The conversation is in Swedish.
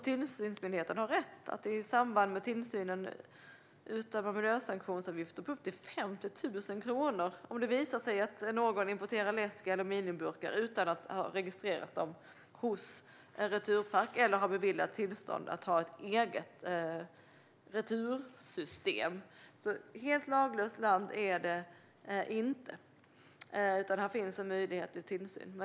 Tillsynsmyndigheten har rätt att i samband med tillsynen utdöma miljösanktionsavgifter på upp till 50 000 kronor om det visar sig att någon importerar läsk eller aluminiumburkar utan att ha registrerat dem hos Returpack eller har beviljats tillstånd att ha ett eget retursystem. Ett helt laglöst land är det inte. Här finns en möjlighet till tillsyn.